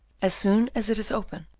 as soon as it is open,